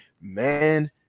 man